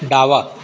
डावा